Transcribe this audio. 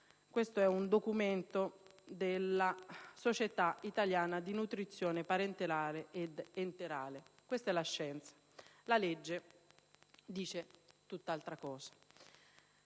che ho richiamato è della Società italiana di nutrizione parenterale e enterale. Questa è la scienza. La legge dice tutt'altra cosa,